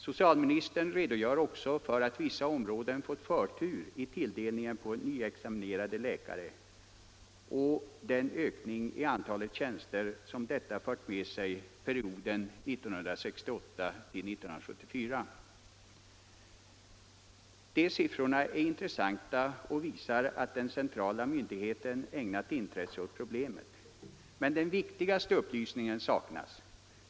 Socialministern redogör också för att vissa områden fått förtur i tilldelningen på nyutexaminerade läkare och för den ökning i antalet tjänster som detta fört med sig perioden 1968-1974. De siffrorna är intressanta och visar att den centrala myndigheten ägnat intresse åt problemet. Men den viktigaste upplysningen saknas.